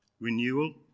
Renewal